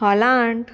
हॉलांट